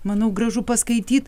manau gražu paskaityt